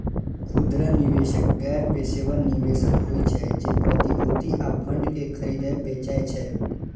खुदरा निवेशक गैर पेशेवर निवेशक होइ छै, जे प्रतिभूति आ फंड कें खरीदै बेचै छै